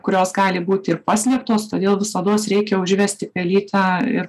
kurios gali būti ir paslėptos todėl visados reikia užvesti pelytę ir